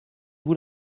vous